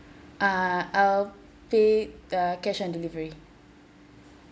uh I'll pay uh cash on delivery